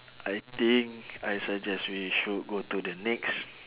I think I suggest we should go to the next